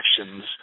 actions